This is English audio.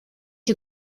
you